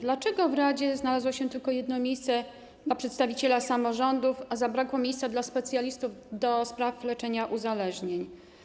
Dlaczego w radzie znalazło się tylko jedno miejsce dla przedstawiciela samorządów i zabrakło miejsca dla specjalistów do spraw leczenia uzależnień?